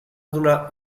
donar